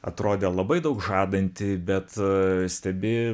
atrodė labai daug žadanti bet stebi